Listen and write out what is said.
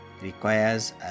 requires